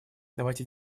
давайте